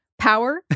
power